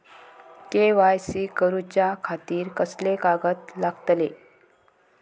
KYC करूच्या खातिर कसले कागद लागतले?